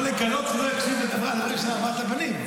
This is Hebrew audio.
לגלות שהוא לא הקשיב לדברים על ארבעת הבנים.